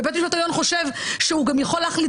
ובית משפט עליון חושב שהוא גם יכול להחליט